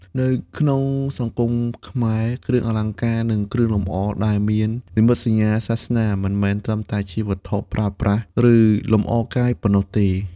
នៅក្នុងសង្គមខ្មែរ គ្រឿងអលង្ការ និងគ្រឿងលម្អដែលមាននិមិត្តសញ្ញាសាសនា មិនមែនត្រឹមតែជាវត្ថុប្រើប្រាស់ ឬលម្អកាយប៉ុណ្ណោះទេ។